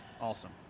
awesome